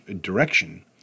direction